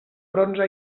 bronze